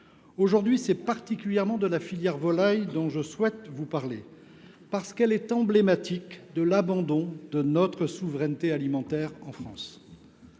Aujourd’hui, c’est particulièrement de la filière volaille que je souhaite vous parler, parce qu’elle est emblématique de l’abandon, en France, de notre souveraineté alimentaire. La